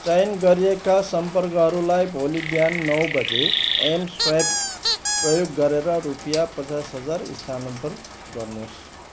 चयन गरिएका सम्पर्कहरूलाई भोलि बिहान नौ बजे एम स्वाइप प्रयोग गरेर रुपियाँ पचास हजार स्थानान्तरण गर्नुहोस्